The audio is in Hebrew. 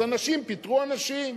אנשים פיטרו אנשים.